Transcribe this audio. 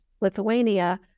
Lithuania